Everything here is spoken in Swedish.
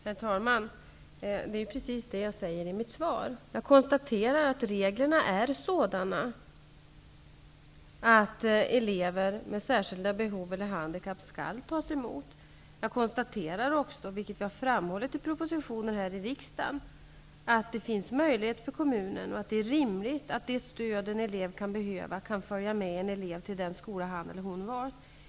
Herr talman! Det är precis det jag säger i mitt svar. Jag konstaterar att reglerna är sådana att elever med särskilda behov eller handikapp skall tas emot. Jag konstaterar också, vilket jag har framhållit i propositionen till riksdagen, att det finns möjlighet för kommunen och att det är rimligt att låta det stöd en elev kan behöva följa med till den skola han eller hon valt.